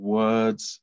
words